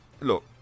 Look